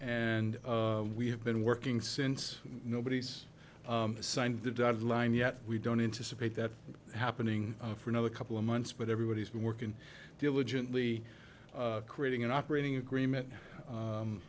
and we have been working since nobody's signed the dotted line yet we don't anticipate that happening for another couple of months but everybody's been working diligently creating an operating agreement